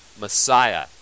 messiah